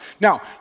Now